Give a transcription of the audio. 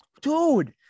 dude